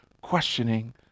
questioning